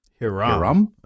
Hiram